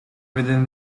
within